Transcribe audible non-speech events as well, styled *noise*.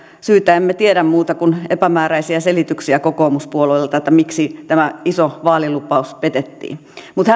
tiedä emme tiedä muuta kuin epämääräisiä selityksiä kokoomuspuolueelta miksi tämä iso vaalilupaus petettiin mutta *unintelligible*